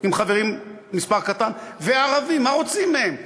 עם מספר קטן של חברים, ומהערבים, מה רוצים מהם?